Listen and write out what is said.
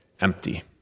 empty